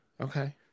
Okay